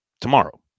tomorrow